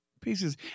pieces